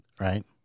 Right